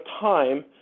time